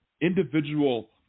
individual